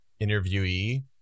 interviewee